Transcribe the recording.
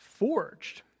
forged